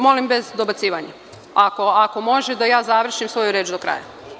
Molim vas da ne dobacujete, ako može da ja završim svoju reč do kraja.